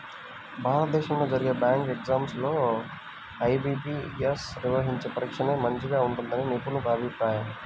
భారతదేశంలో జరిగే bank exams లో ఐ.బీ.పీ.యస్ నిర్వహించే పరీక్షనే మంచిగా ఉంటుందని నిపుణుల అభిప్రాయం